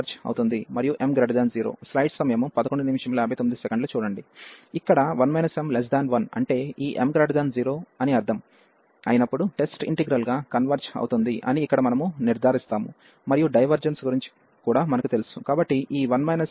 ఇక్కడ 1 m1అంటే ఈ m0అని అర్ధం అయినప్పుడు టెస్ట్ ఇంటిగ్రల్ గా కన్వెర్జ్ అవుతుంది అని ఇక్కడ మనము నిర్ధారిస్తాము మరియు డైవర్జెన్స్ గురించి కూడా మనకు తెలుసు